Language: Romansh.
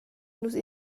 nus